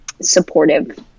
supportive